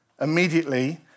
Immediately